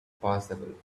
impassable